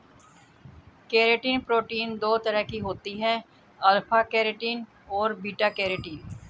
keratin protein दो तरह की होती है अल्फ़ा केरेटिन और बीटा केरेटिन